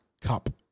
cup